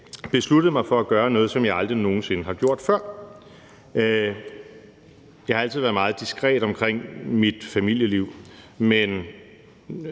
besluttet mig for at gøre noget, som jeg aldrig nogen sinde har gjort før. Jeg altid været meget diskret omkring mit familieliv, men